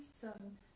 Son